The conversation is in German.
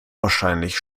wahrscheinlich